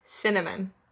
Cinnamon